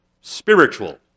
spiritual